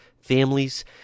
families